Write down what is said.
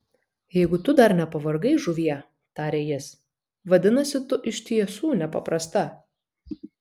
jeigu tu dar nepavargai žuvie tarė jis vadinasi tu iš tiesų nepaprasta